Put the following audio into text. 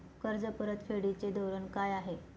कर्ज परतफेडीचे धोरण काय आहे?